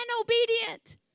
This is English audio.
obedient